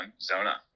Zona